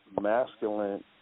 masculine